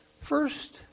First